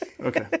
Okay